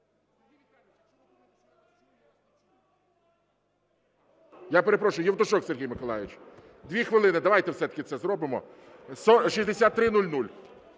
Я перепрошую, Євтушок Сергій Миколайович, 2 хвилини. Давайте все-таки це зробимо. 6300.